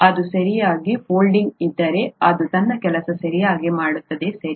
ಅದು ಸರಿಯಾಗಿ ಫೋಲ್ಡಿಂಗ್ ಇದ್ದರೆ ಅದು ತನ್ನ ಕೆಲಸವನ್ನು ಸರಿಯಾಗಿ ಮಾಡುತ್ತದೆ ಸರಿ